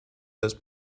those